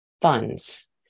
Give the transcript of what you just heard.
funds